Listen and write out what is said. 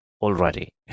already